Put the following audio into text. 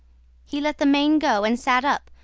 he let the mane go and sat up,